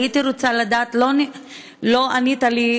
הייתי רוצה לדעת, לא ענית לי,